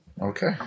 Okay